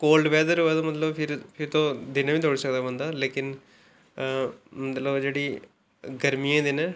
cold weather होऐ तां मतलब फिर तो दिनें बी दौड़ी सकदा बंदा लेकिन लोक जेह्ड़ी गर्मियें दे दिन